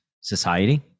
society